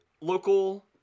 local